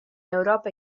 europa